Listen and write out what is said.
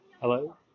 Hello